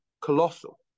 Colossal